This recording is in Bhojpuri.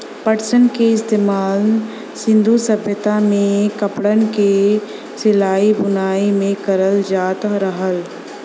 पटसन क इस्तेमाल सिन्धु सभ्यता में कपड़न क सिलाई बुनाई में करल जात रहल